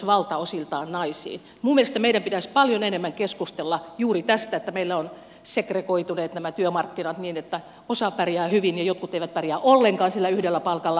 minun mielestäni meidän pitäisi paljon enemmän keskustella juuri tästä että meillä ovat segregoituneet työmarkkinat niin että osa pärjää hyvin ja jotkut eivät pärjää ollenkaan sillä yhdellä palkalla